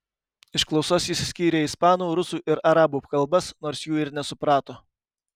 iš klausos jis skyrė ispanų rusų ir arabų kalbas nors jų ir nesuprato